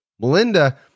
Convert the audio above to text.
Melinda